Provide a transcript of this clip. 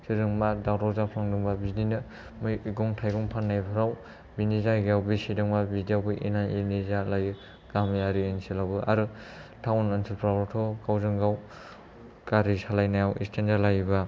सोरजोंबा दावराव जाफ्लांदोंबा बिदिनो मैगं थायगं फाननायफ्राव बिनि जायगायाव बे सेदोंबा बिदियावबो एना एनि जालायो गामियारि ओनसोलावबो आरो टाउन ओनसोलफ्रावबोथ' गावजोंगाव गारि सालायनायाव एक्सिदेन्ट जालायोबा